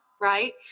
right